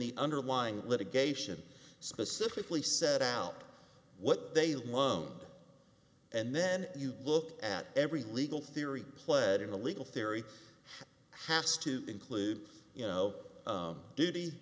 the underlying litigation specifically set out what they loaned and then you look at every legal theory pled in the legal theory has to include you know duty